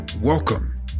Welcome